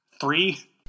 Three